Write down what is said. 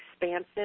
expansive